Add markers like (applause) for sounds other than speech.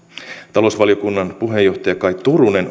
talousvaliokunnan puheenjohtaja kaj turunen (unintelligible)